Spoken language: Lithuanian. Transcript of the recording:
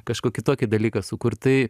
kažkokį tokį dalyką sukurt tai